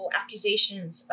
accusations